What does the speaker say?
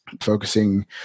focusing